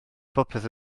popeth